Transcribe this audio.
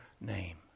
name